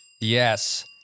Yes